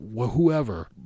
whoever